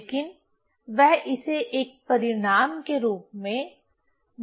लेकिन वह इसे एक परिणाम के रूप में नहीं रख सकता है